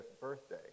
birthday